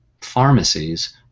pharmacies